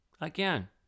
Again